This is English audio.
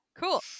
cool